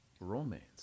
romance